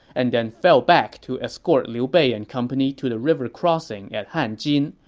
and then fell back to escort liu bei and company to the river crossing at hanjin,